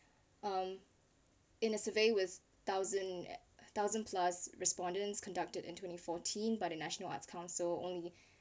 um in a survey with thousand thousand plus respondents conducted in twenty fourteen by the national arts council only